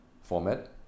Format